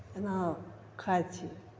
एना खाइ छियै